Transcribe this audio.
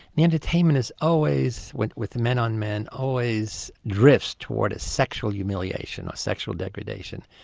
the entertainment is always. with with men on men always drifts towards sexual humiliation or sexual degradation.